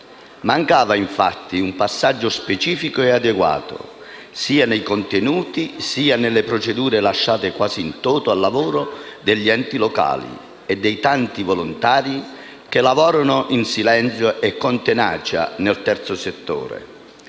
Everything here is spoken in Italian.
Mancava infatti un passaggio specifico e adeguato, sia nei contenuti, sia nelle procedure lasciate quasi *in toto* al lavoro degli enti locali e dei tanti volontari che lavorano in silenzio e con tenacia nel terzo settore.